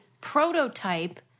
prototype